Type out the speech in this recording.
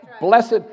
Blessed